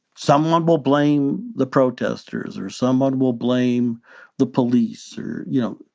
someone will blame the protesters or someone will blame the police or, you know,